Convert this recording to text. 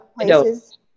places